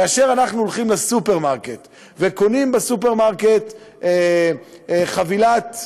כאשר אנחנו הולכים לסופרמרקט וקונים בו חבילה של